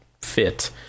fit